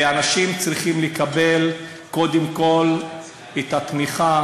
שאנשים צריכים לקבל קודם כול את התמיכה